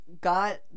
got